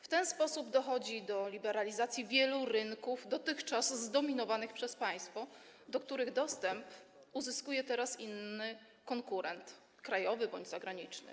W ten sposób dochodzi do liberalizacji wielu rynków dotychczas zdominowanych przez państwo, do których dostęp uzyskuje teraz inny konkurent: krajowy bądź zagraniczny.